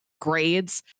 grades